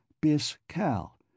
bis-cal